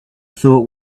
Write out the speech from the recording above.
thought